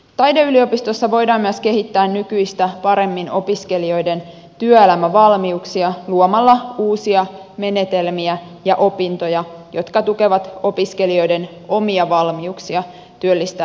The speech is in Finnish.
taideyliopistossa voidaan myös kehittää nykyistä paremmin opiskelijoiden työelämävalmiuksia luomalla uusia menetelmiä ja opintoja jotka tukevat opiskelijoiden omia valmiuksia työllistää itsensä taitelijana